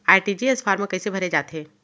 RTGS form कइसे भरे जाथे?